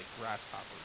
grasshoppers